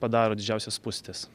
padaro didžiausias spūstis